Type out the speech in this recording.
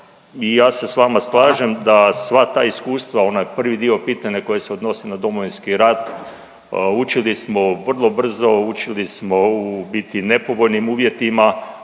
i ja se s vama slažem da sva ta iskustva, onaj prvi dio pitanja koji se odnosi na Domovinski rat, učili smo vrlo brzo, učili smo, u biti u nepovoljnim uvjetima,